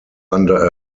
under